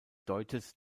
deutet